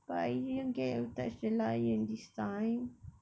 but I didn't get to touch the lion this time